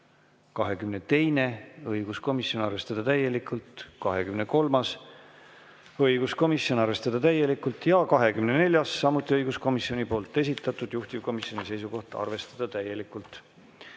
22.: õiguskomisjon, arvestada täielikult. 23.: õiguskomisjon, arvestada täielikult. Ja 24.: samuti õiguskomisjoni esitatud, juhtivkomisjoni seisukoht on arvestada täielikult.